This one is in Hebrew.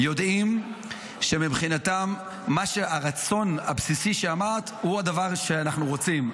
יודעים שמבחינתם הרצון הבסיסי שאמרת הוא הדבר שאנחנו רוצים,